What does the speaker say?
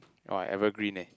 orh I evergreen leh